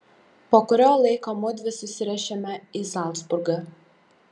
po kurio laiko mudvi susiruošėme į zalcburgą